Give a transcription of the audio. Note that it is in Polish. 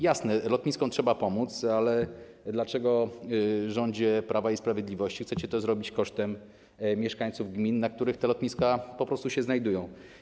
Jasne, lotniskom trzeba pomóc, ale dlaczego rząd Prawa i Sprawiedliwości chce to zrobić kosztem mieszkańców gmin, w których te lotniska się znajdują?